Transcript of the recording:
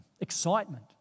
excitement